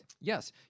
Yes